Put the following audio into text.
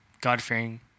God-fearing